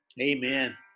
amen